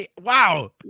Wow